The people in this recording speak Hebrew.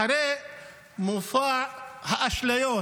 אחרי מופע האשליות